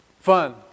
fun